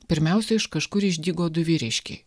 pirmiausia iš kažkur išdygo du vyriškiai